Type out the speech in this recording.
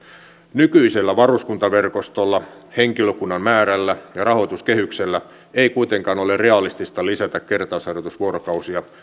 nykyisellä varuskuntaverkostolla henkilökunnan määrällä ja rahoituskehyksellä ei kuitenkaan ole realistista lisätä kertausharjoitusvuorokausia